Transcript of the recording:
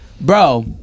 bro